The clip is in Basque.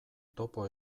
topo